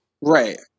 Right